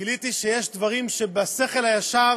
גיליתי שיש דברים שבשכל הישר